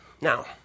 Now